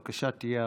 בבקשה, תהיה הראשון,